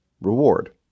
reward